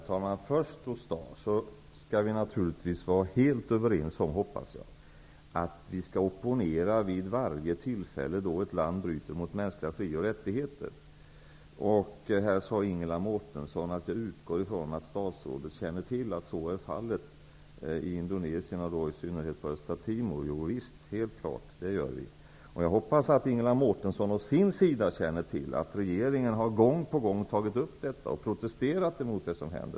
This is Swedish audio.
Herr talman! Jag hoppas att vi naturligtvis skall vara helt överens om att vi skall opponera vid varje tillfälle då ett land bryter mot mänskliga fri och rättigheter. Ingela Mårtensson sade att hon utgick ifrån att statsrådet känner till att så är fallet i Indonesien, och då i synnerhet i Östra Timor. Jo visst, det känner jag helt klart till. Jag hoppas att Ingela Mårtensson å sin sida känner till att regeringen gång på gång har tagit upp detta och protesterat mot det som där händer.